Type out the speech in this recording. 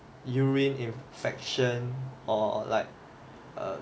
urine infection or like err